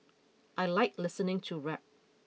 I like listening to rap